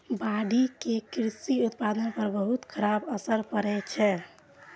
बाढ़ि के कृषि उत्पादन पर बहुत खराब असर पड़ै छै